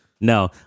No